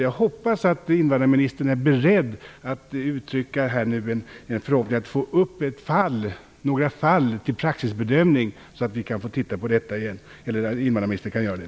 Jag hoppas att invandrarministern är beredd att här uttrycka en förhoppning att få upp några fall till praxisbedömning så att invandrarministern kan få titta på detta igen.